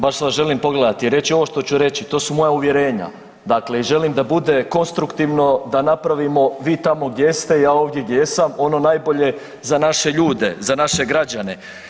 Baš vas želim pogledati i reći ovo što ću reći, to su moja uvjerenja, dakle i želim da bude konstruktivno, da napravimo vi tamo gdje ste, ja ovdje gdje sam ono najbolje za naše ljude, za naše građane.